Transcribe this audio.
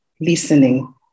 listening